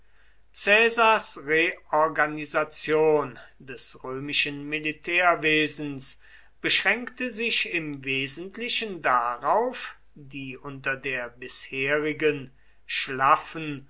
caesars reorganisation des römischen militärwesens beschränkte sich im wesentlichen darauf die unter der bisherigen schlaffen